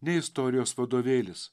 nei istorijos vadovėlis